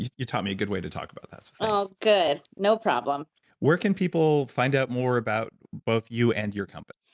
you you taught me a good way to talk about that, so thanks good. no problem where can people find out more about both you and your company?